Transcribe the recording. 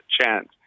chance